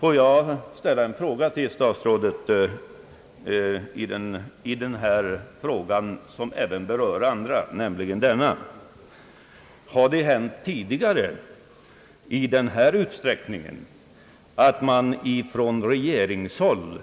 Låt mig ställa en fråga till statsrådet, som även berör andra personer: Har det hänt tidigare att man på regeringshåll